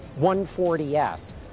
140S